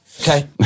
Okay